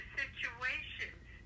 situations